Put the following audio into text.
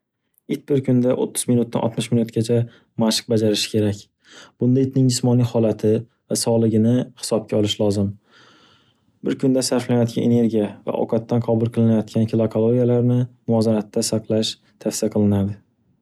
It bir kunda o'ttiz minutdan oltmish minutgacha mashq bajarish kerak. Bunda itning jismoniy holati va sog'ligini hisobga olish lozim. Bir kunda sarflanayotgan energiya va ovqatdan qabul qilinayotgan kilokaloriyalarni muvozanatda saqlash tavsiya qilinadi.